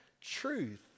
truth